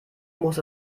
muss